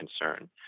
concern